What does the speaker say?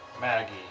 Maggie